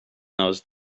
those